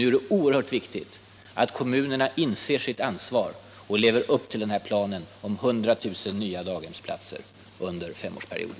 Nu är det oerhört viktigt att kommunerna inser sitt ansvar och lever upp till planen om 100 000 nya daghemsplatser under en femårsperiod.